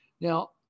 Now